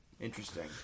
Interesting